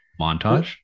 montage